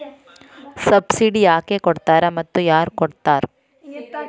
Subsidy ಯಾಕೆ ಕೊಡ್ತಾರ ಮತ್ತು ಯಾರ್ ಕೊಡ್ತಾರ್?